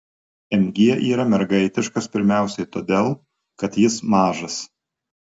mg yra mergaitiškas pirmiausia todėl kad jis mažas